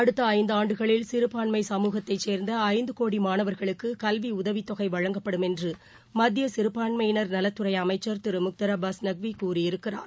அடுத்தஐந்தாண்டுகளில் சிறுபான்மை சமூகத்தைச் சேர்ந்தஐந்துகோடிமாணவர்களுக்குகல்விட தவித் தொகைவழங்கப்படும் என்றுமத்தியசிறுபான்மையினர் நலத்துறைஅமைச்சர் திருமுக்தார் அபாஸ் நக்விகூறியிருக்கிறார்